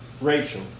Rachel